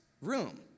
room